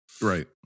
right